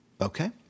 Okay